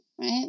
right